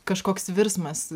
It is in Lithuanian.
kažkoks virsmas